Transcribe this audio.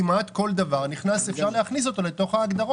כמעט כל דבר אפשר להכניס בהגדרות,